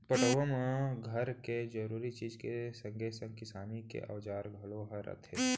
पटउहाँ म घर के जरूरी चीज के संगे संग किसानी के औजार घलौ ल रखथे